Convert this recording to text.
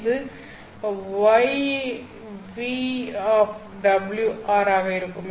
இது Yν ஆக இருக்கும்